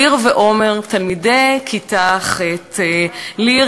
ליר ועומר הם תלמידי כיתה ח' הם חמודים, מהממים.